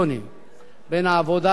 בין העבודה לבין קדימה.